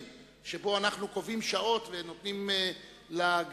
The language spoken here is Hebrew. שבו אנחנו קובעים שעות ונותנים לגן,